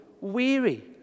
weary